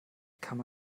kann